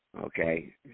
okay